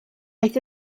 aeth